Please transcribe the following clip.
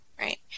right